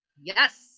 Yes